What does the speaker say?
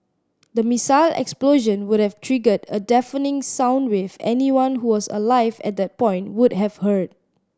the missile explosion would have triggered a deafening sound wave anyone who was alive at that point would have heard